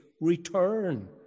Return